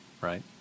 right